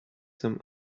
some